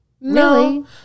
no